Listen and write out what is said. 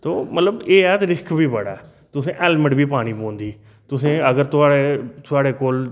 ते ओह् मतलब एह् ऐ कि रिस्क बी बड़ा ऐ तुसें हैलमेट बी पानी पौंदी तुसें अगर थुआड़े थुआढ़े कोल